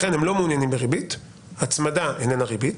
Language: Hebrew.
לכן הם לא מעוניינים בריבית, הצמדה איננה ריבית